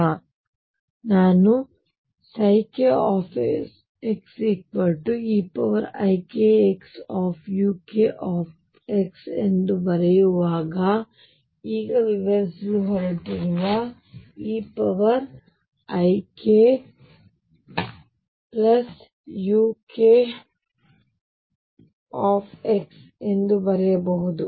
ಈಗ ನಾನು kxeikxuk ಬರೆಯುವಾಗ ಇದನ್ನು ಈಗ ವಿವರಿಸಲು ಹೊರಟಿರುವ eikuk ಎಂದೂ ಬರೆಯಬಹುದು